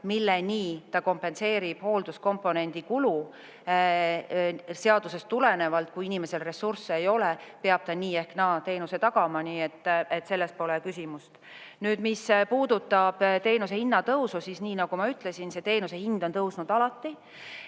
milleni ta kompenseerib hoolduskomponendi kulu. Seadusest tulenevalt, kui inimesel ressursse ei ole, peab omavalitsus nii või naa teenuse tagama. Selles pole küsimus. Nüüd, mis puudutab teenuse hinna tõusu, siis nagu ma ütlesin, teenuse hind on tõusnud alati